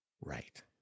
right